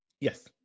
Yes